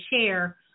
share